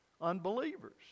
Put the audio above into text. unbelievers